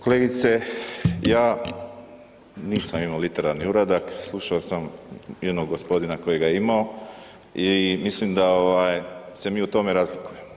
Kolegice ja nisam imao literarni uradak, slušao sam jednog gospodina koji ga je imao i mislim da se mi u tome razlikujemo.